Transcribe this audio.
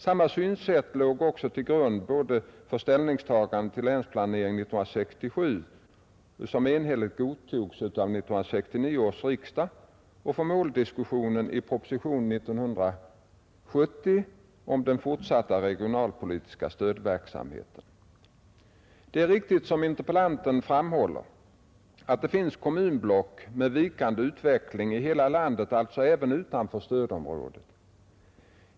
Samma synsätt låg också till grund både för ställningstagandena till Länsplanering 1967, som enhälligt godtogs av 1969 års riksdag, och för måldiskussionen i propositionen 75 år 1970 om den fortsatta regionalpolitiska stödverksamheten. Det är riktigt som interpellanten framhåller att det finns kommunblock med vikande utveckling i hela landet, alltså även utanför stödområdet.